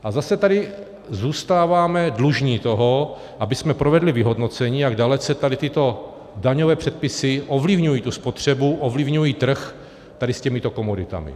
A zase tady zůstáváme dlužni toho, abychom provedli vyhodnocení, jak dalece tady tyto daňové předpisy ovlivňují tu spotřebu, ovlivňují trh s těmito komoditami.